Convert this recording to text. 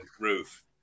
roof